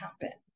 happen